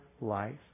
life